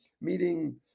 meeting